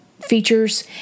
features